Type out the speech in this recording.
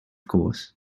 course